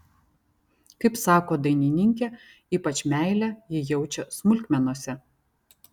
kaip sako dainininkė ypač meilę ji jaučia smulkmenose